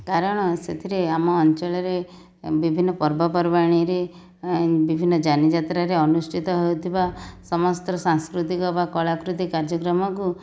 କାରଣ ସେଥିରେ ଆମ ଅଞ୍ଚଳରେ ବିଭିନ୍ନ ପର୍ବପର୍ବାଣିରେ ଏ ବିଭିନ୍ନ ଯାନି ଯାତ୍ରାରେ ଅନୁଷ୍ଠିତ ହୋଉଥିବା ସମସ୍ତ ସାଂସ୍କୃତିକ ବା କଳାକୃତି କାର୍ଯ୍ୟକ୍ରମକୁ